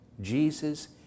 Jesus